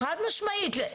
חד משמעית.